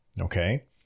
okay